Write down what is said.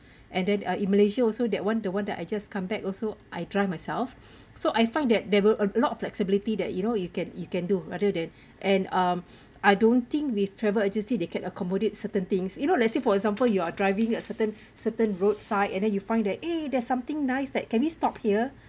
and then uh in malaysia also that [one] the one that I just come back also I drive myself so I find that there were a lot of flexibility that you know you can you can do rather than and mm I don't think with travel agency they can accommodate certain things you know let's say for example you are driving a certain certain roadside and then you find that eh there's something nice that can we stop here